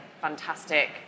fantastic